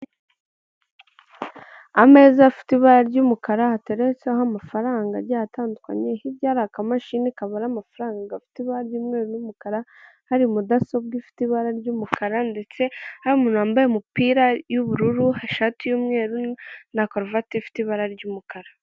Ameza afite ibara ry'umukara, hataretseho amafaranga agiye atandukanye, hirya hari akamashini kabara amafaranga gafite ibara ry'umweru n'umukara, hari mudasobwa ifite ibara ry'umukara ndetse hari umuntu wambaye umupira y'ubururu, ishati y'umweru na karuvati ifite ibara ry'umukara.